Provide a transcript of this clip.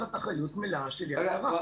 תחת אחריות מלאה של "יד שרה".